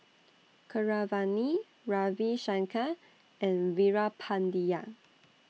Keeravani Ravi Shankar and Veerapandiya